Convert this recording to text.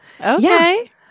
Okay